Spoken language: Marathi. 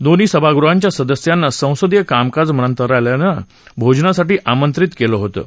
दोन्ही सभागृहांच्या सदस्यांना संसदीय कामकाज मंत्रालयानं भोजनासाठी आंमत्रित केलं होतं